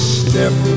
step